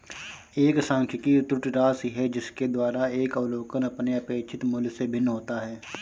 एक सांख्यिकी त्रुटि राशि है जिसके द्वारा एक अवलोकन अपने अपेक्षित मूल्य से भिन्न होता है